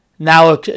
Now